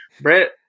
Brett